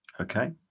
Okay